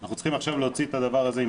אנחנו צריכים להוציא עכשיו את הדבר הזה עם